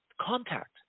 Contact